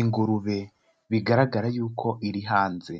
Ingurube bigaragara yuko iri hanze,